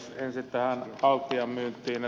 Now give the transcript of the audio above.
ensin tähän altian myyntiin